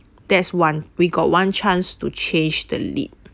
that's one we got one chance to change the lead